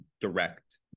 direct